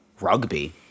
Rugby